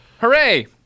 Hooray